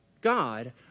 God